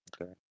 Okay